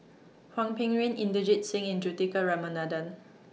Hwang Peng Yuan Inderjit Singh and Juthika Ramanathan